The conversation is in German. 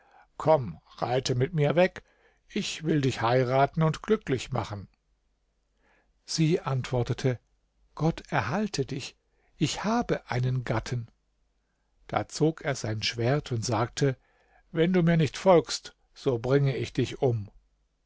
komm reite mit mir weg ich will dich heiraten und glücklich machen sie antwortete gott erhalte dich ich habe einen gatten da zog er sein schwert und sagte wenn du mir nicht folgst so bringe ich dich um